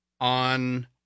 on